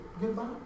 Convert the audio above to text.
goodbye